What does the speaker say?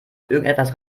irgendetwas